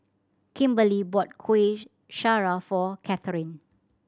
Kimberlee bought Kueh Syara for Catherine